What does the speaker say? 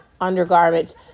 undergarments